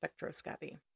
spectroscopy